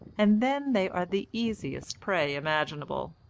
and then they are the easiest prey imaginable.